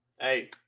Hey